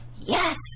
Yes